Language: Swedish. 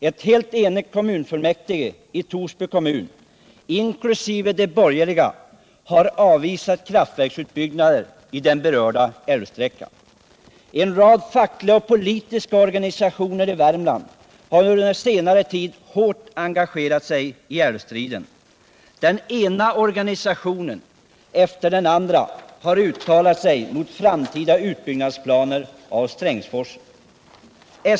Ett helt enigt kommunfullmäktige i Torsby kommun, inkl. de borgerliga, har avvisat kraftverksutbyggnader i den berörda älvsträckan. En rad fackliga och politiska organisationer i Värmland har under senare tid hårt engagerat sig i älvstriden. Den ena organisationen efter den andra har uttalat sig mot framtida utbyggnad av Strängsforsen.